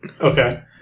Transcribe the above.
Okay